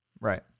Right